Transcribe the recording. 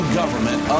government